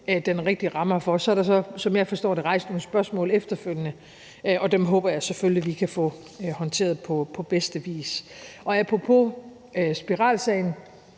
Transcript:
den rigtige ramme for det. Så er der, som jeg forstår det, blevet rejst nogle spørgsmål efterfølgende, og dem håber jeg selvfølgelig vi kan få håndteret på bedste vis. Apropos spiralsagen,